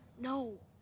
No